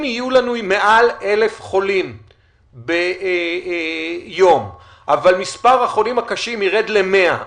אם יהיו לנו מעל 1,000 חולים ביום אבל מספר החולים הקשים ירד ל-100,